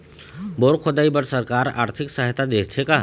Bore खोदाई बर सरकार आरथिक सहायता देथे का?